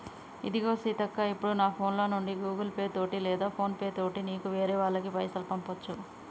ఇదిగో సీతక్క ఇప్పుడు నా ఫోన్ లో నుండి గూగుల్ పే తోటి లేదా ఫోన్ పే తోటి నీకు వేరే వాళ్ళకి పైసలు పంపొచ్చు